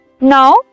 Now